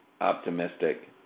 optimistic